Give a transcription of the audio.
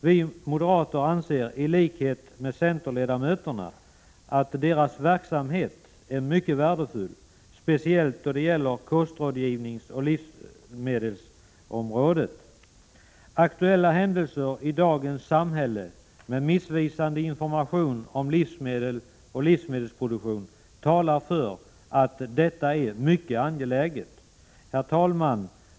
Vi moderater anser i likhet med centerledamöterna att verksamheten är mycket värdefull, speciellt på kostrådgivningsoch livsmedelsområdet. Aktuella händelser i dagens samhälle, med missvisande information om livsmedel och livsmedelsproduktion, talar för att detta är mycket angeläget. Herr talman!